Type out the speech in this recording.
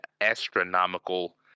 astronomical